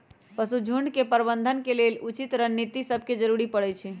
पशु झुण्ड के प्रबंधन के लेल उचित रणनीति सभके जरूरी परै छइ